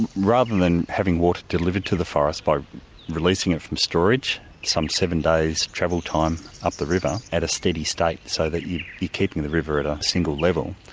rather than having water delivered to the forest by releasing it from storage some seven days travel time up the river at a steady state so that you are keeping the river at a single level,